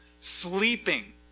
sleeping